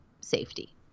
safety